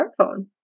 smartphone